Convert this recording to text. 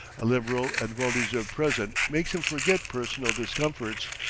a liberal and well-deserved present makes him forget personal discomforts,